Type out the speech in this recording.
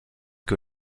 que